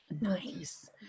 nice